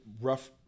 rough